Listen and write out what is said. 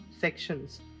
sections